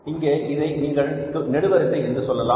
இங்கே இதை நீங்கள் நெடுவரிசை என்று சொல்லலாம்